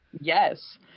Yes